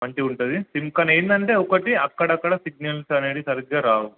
మంచిగా ఉంటుంది సిమ్ కానీ ఏంటంటే ఒకటి అక్కడక్కడ సిగ్నల్స్ అనేది సరిగ్గా రావు